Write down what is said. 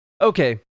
Okay